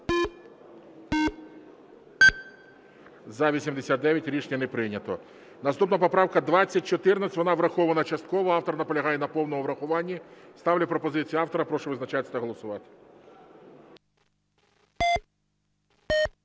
За-89 Рішення не прийнято. Наступна поправка 2014, вона врахована частково, автор наполягає на повному врахуванні. Ставлю пропозицію автора. Прошу визначатись та голосувати.